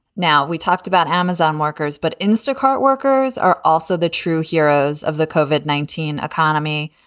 now, we talked about amazon workers, but instacart workers are also the true heroes of the coveted nineteen economy,